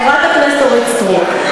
חברת הכנסת אורית סטרוק,